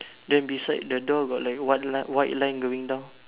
then beside the door got like one white line going down